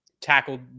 tackled